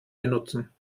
benutzen